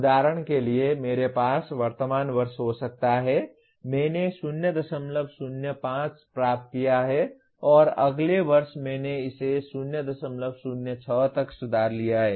उदाहरण के लिए मेरे पास वर्तमान वर्ष हो सकता है मैंने 005 प्राप्त किया है और अगले वर्ष मैंने इसे 006 तक सुधार लिया है